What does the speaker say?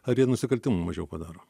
ar jie nusikaltimų mažiau padaro